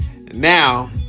now